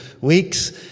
weeks